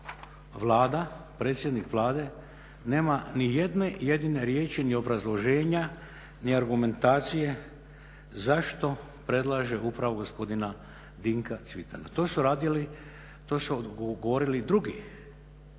saboru predsjednik Vlade nema ni jedne jedine riječi ni obrazloženja, ni argumentacije zašto predlaže upravo gospodina Dinka Cvitana. To su govorili i drugi